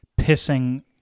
pissing